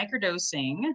microdosing